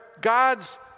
God's